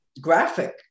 Graphic